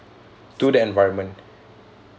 to the environment